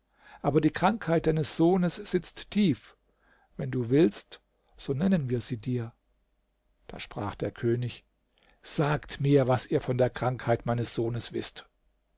aber die krankheit deines sohnes sitzt tief wenn du willst so nennen wir sie dir da sprach der könig sagt mir was ihr von der krankheit meines sohnes wißt